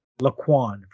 Laquan